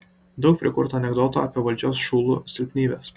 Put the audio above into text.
daug prikurta anekdotų apie valdžios šulų silpnybes